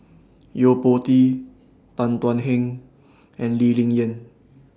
Yo Po Tee Tan Thuan Heng and Lee Ling Yen